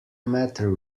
matter